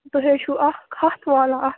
تُہۍ حظ چھُو اَکھ ہَتھ والان اَتھ